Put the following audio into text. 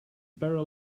barrel